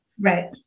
Right